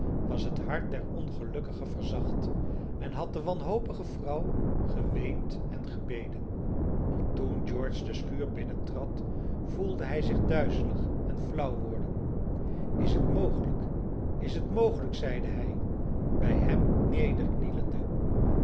was het hart der ongelukkige verzacht en had de wanhopige vrouw geweend en gebeden toen george de schuur binnentrad voelde hij zich duizelig en flauw worden is het mogelijk is het mogelijk zeide hij bij hem nederknielende